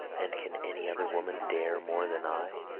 and can any other woman dare more than i?